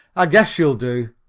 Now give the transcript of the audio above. i guess you'll do,